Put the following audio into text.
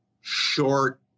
short